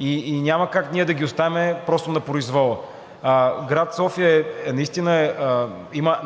и няма как ние да ги оставим просто на произвола. Град София има